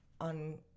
on